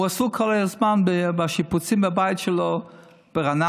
הוא עסוק כל הזמן בשיפוצים בבית שלו ברעננה.